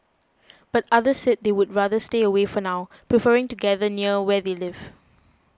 but others said they would rather stay away for now preferring to gather near where they live